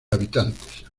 habitantes